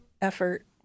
Effort